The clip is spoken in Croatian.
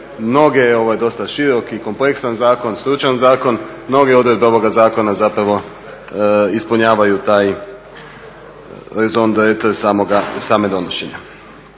ovo je dosta širok i kompleksan zakon, stručan zakon, mnoge odredbe ovoga zakona zapravo ispunjavaju taj … /Govornik se ne